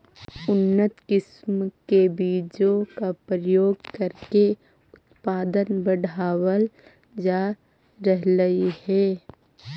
उन्नत किस्म के बीजों का प्रयोग करके उत्पादन बढ़ावल जा रहलइ हे